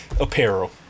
apparel